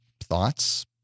thoughts